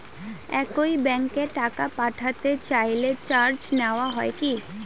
একই ব্যাংকে টাকা পাঠাতে চাইলে চার্জ নেওয়া হয় কি?